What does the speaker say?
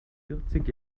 vierzig